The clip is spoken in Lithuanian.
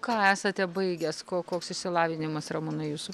ką esate baigęs ko koks išsilavinimas ramūnai jūsų